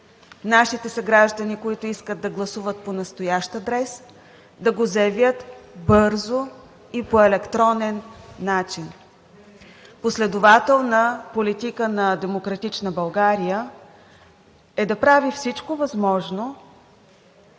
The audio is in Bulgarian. нашите съграждани, които искат да гласуват по настоящ адрес, да го заявят бързо и по електронен начин. Последователна политика на „Демократична България“ е да прави всичко възможно